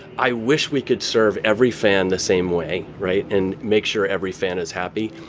i wish we could serve every fan the same way right? and make sure every fan is happy.